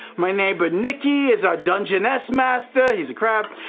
my neighbor nicky is our dungeness master, he's a crab,